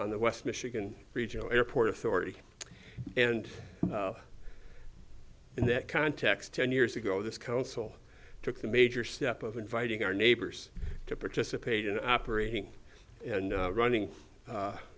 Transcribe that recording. on the west michigan regional airport authority and in that context ten years ago this council took the major step of inviting our neighbors to participate in operating and running